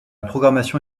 programmation